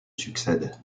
succèdent